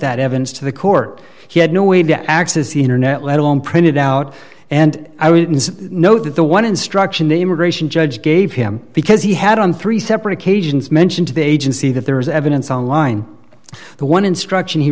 that evidence to the court he had no way to access the internet let alone print it out and i wouldn't know that the one instruction the immigration judge gave him because he had on three separate occasions mentioned to the agency that there was evidence online the one instruction he